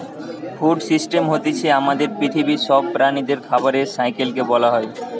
food system হতিছে আমাদের পৃথিবীর সব প্রাণীদের খাবারের সাইকেল কে বোলা হয়